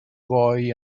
boy